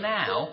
now